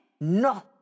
No